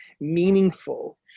meaningful